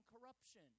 corruption